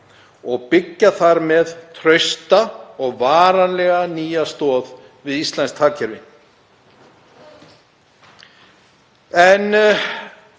og byggja þar með trausta og varanlega nýja stoð við íslenskt hagkerfi.